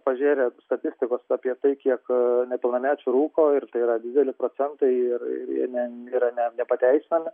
pažėrė statistikos apie tai kiek nepilnamečių rūko ir tai yra dideli procentai ir ir jie yra ne nepateisinami